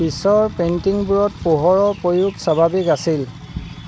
পিছৰ পেইণ্টিঙবোৰত পোহৰৰ প্ৰয়োগ স্বাভাৱিক আছিল